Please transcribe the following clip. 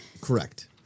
Correct